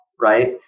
right